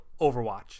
Overwatch